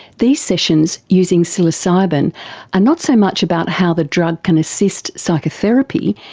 these sessions using psilocybin are not so much about how the drug can assist psychotherapy,